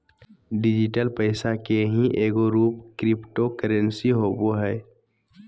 digital पैसा के ही एगो रूप क्रिप्टो करेंसी होवो हइ